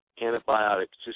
antibiotics